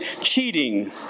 cheating